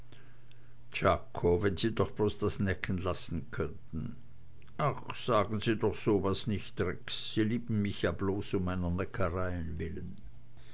wenn sie doch bloß das necken lassen könnten ach sagen sie doch so was nicht rex sie lieben mich ja bloß um meiner neckereien willen